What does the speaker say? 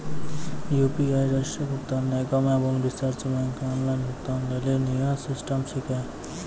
UPI राष्ट्रीय भुगतान निगम एवं रिज़र्व बैंक के ऑनलाइन भुगतान लेली नया सिस्टम छिकै